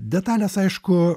detalės aišku